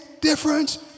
difference